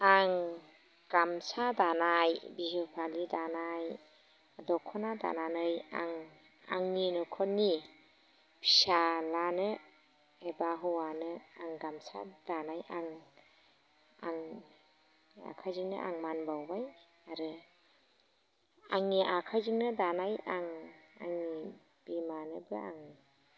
आं गामसा दानाय बिहु फलि दानाय दख'ना दानानै आं आंनि न'खरनि फिसाज्लानो एबा हौवानो आं गामसा दानाय आं आंनि आखाइजोंनो आं मान बावबाय आरो आंनि आखाइजोंनो दानाय आं आंनि बिमानोबो आङो